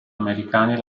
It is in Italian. americani